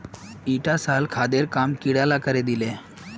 ईटा साल खादेर काम कीड़ा ला करे दिले